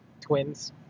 twins